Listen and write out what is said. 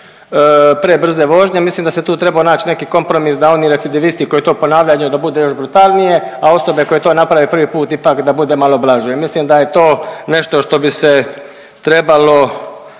prebrze vožnje, mislim da se tu trebao naći neki kompromis da oni recidivisti koji to ponavljanje da bude još brutalnije, a osobe koje to naprave prvi put, ipak da bude malo blaže. Mislim da je to nešto što bi se trebalo